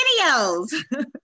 videos